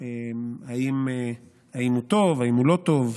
האם הוא טוב או לא טוב?